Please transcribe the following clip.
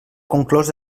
conclòs